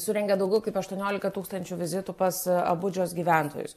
surengė daugiau kaip aštuoniolika tūkstančių vizitų pas abudžos gyventojus